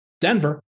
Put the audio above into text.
Denver